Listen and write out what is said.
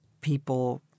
people